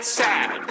sad